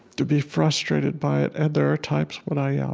to be frustrated by it. and there are times when i ah